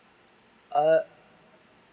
err